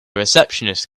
receptionist